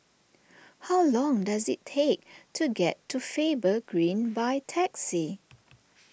how long does it take to get to Faber Green by taxi